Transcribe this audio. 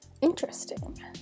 Interesting